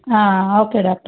okay doctor